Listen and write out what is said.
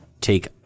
take